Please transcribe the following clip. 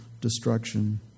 destruction